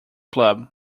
club